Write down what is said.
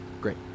Great